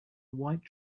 white